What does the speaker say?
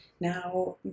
Now